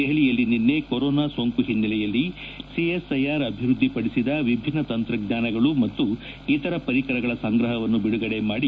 ದೆಹಲಿಯಲ್ಲಿ ನಿನ್ನೆ ಕೊರೋನಾ ಸೋಂಕು ಹಿನ್ನೆಲೆಯಲ್ಲಿ ಸಿಎಸ್ಐಆರ್ ಅಭಿವೃದ್ಧಿಪಡಿಸಿದ ವಿಭಿನ್ನ ತಂತ್ರಜ್ವಾನಗಳು ಮತ್ತು ಇತರ ಪರಿಕರಗಳ ಸಂಗ್ರಹವನ್ನು ಬಿಡುಗಡೆ ಮಾಡಿ